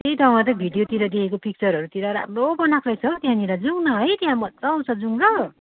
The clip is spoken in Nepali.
त्यही त कतै भिडियोतिर देखेको पिक्चरहरूतिर राम्रो बनाएको रहेछ हौ त्यहाँनिर जाउँ नै त्यहाँ मजा आउँछ जाउँ ल